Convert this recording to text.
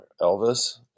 Elvis